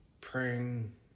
praying